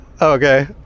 okay